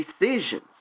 decisions